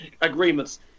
agreements